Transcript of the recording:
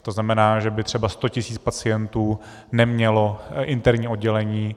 To znamená, že by třeba sto tisíc pacientů nemělo interní oddělení.